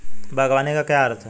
बागवानी का क्या अर्थ है?